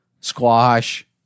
squash